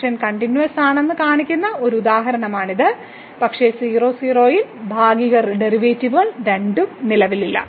function കണ്ടിന്യൂവസ്സാണെന്ന് കാണിക്കുന്ന ഒരു ഉദാഹരണമാണിത് പക്ഷേ 00 ൽ ഭാഗിക ഡെറിവേറ്റീവുകൾ രണ്ടും നിലവിലില്ല